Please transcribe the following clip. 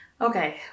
Okay